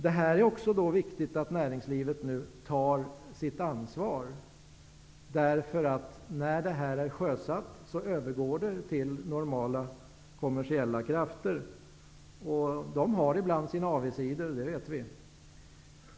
Det är också viktigt att näringslivet nu tar sitt ansvar. När det här är sjösatt överlämnas det till normala kommersiella krafter, och vi vet att de ibland har sina avigsidor.